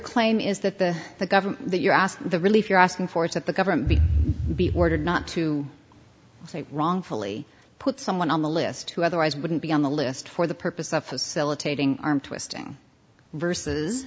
claim is that the the government that you're asking the relief you're asking for it at the government be be ordered not to say wrongfully put someone on the list who otherwise wouldn't be on the list for the purpose of facilitating arm twisting vers